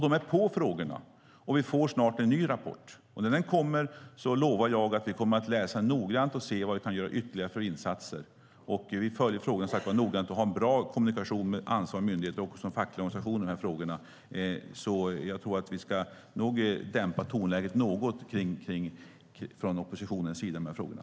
De är på frågorna, och vi får snart en ny rapport. När den kommer lovar jag att vi kommer att läsa den noggrant och se vad vi ytterligare kan göra för insatser. Vi följer frågan noggrant och har en bra kommunikation med ansvariga myndigheter och de fackliga organisationerna, så jag tror att oppositionen ska dämpa tonläget något i de här frågorna.